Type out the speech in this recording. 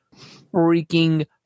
freaking